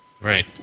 Right